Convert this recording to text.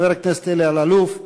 חבר הכנסת אלי אלאלוף,